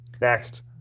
Next